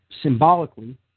symbolically